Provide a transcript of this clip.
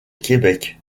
québec